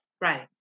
Right